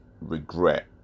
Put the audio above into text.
regret